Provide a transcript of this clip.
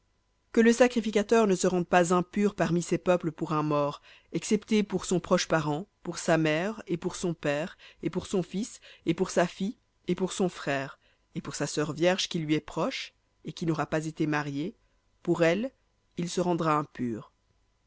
que le sacrificateur ne se rende pas impur parmi ses peuples pour un mort excepté pour son proche parent pour sa mère et pour son père et pour son fils et pour sa fille et pour son frère et pour sa sœur vierge qui lui est proche et qui n'aura pas été mariée pour elle il se rendra impur